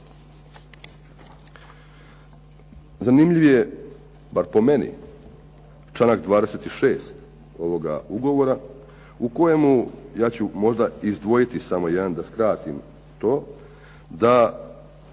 Zanimljiv je, bar po meni, članak 26. ovoga ugovora u kojemu, ja ću možda izdvojiti samo jedan da skratim to, da